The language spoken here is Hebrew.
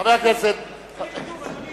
כתוב בעמוד